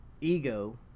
Ego